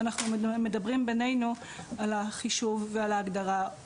אנחנו מדברים בינינו על החישוב ועל ההגדרה,